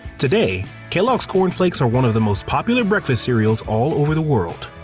today, kellogg's corn flakes are one of the most popular breakfast cereals all over the world.